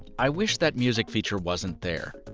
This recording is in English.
i wish that music feature wasn't there.